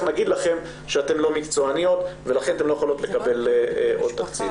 נגיד לכם שאתם לא מקצועניות ולכן אתן לא יכולות לקבל עוד תקציב.